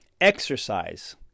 Exercise